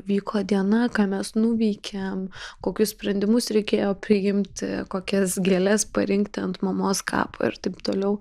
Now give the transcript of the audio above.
vyko diena ką mes nuveikėm kokius sprendimus reikėjo priimti kokias gėles parinkti ant mamos kapo ir taip toliau